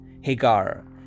Hagar